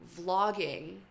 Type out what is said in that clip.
vlogging